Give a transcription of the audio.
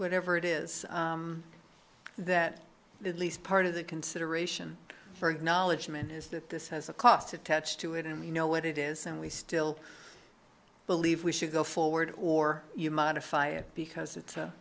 whatever it is that the lease part of the consideration for of knowledge meant is that this has a cost attached to it and you know what it is and we still believe we should go forward or you modify it because it's a